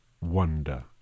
wonder